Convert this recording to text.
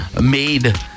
made